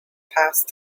passed